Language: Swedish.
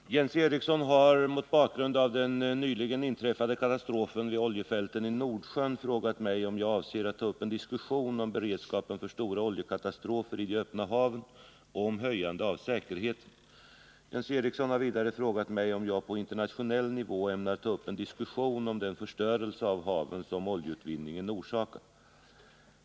Herr talman! Jens Eriksson har, mot bakgrund av den nyligen inträffade katastrofen vid oljefälten i Nordsjön, frågat mig om jag avser att ta upp en diskussion om beredskapen för stora oljekatastrofer i de öppna haven och om höjande av säkerheten. Jens Eriksson har vidare frågat mig om jag på internationell nivå ämnar ta upp en diskussion om den förstörelse av haven som oljeutvinningen orsakar.